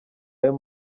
ayo